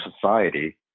society